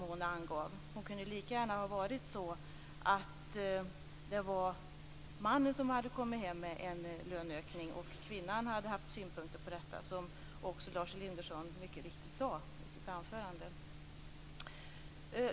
Det kunde lika gärna ha varit mannen som kommit hem med en löneökning och kvinnan som haft synpunkter på detta, som Lars Elinderson mycket riktigt sade i sitt anförande.